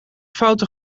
fouten